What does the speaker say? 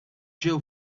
ġew